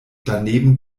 daneben